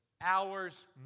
hours